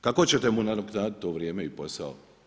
Kako ćete mu nadoknaditi to i posao?